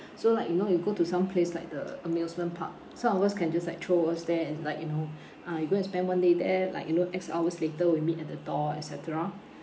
so like you know you go to some place like the amusement park some of us can just like throw us there and like you know ah you go and spend one day there like you know X hours later we meet at the door et cetera